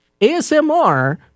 ASMR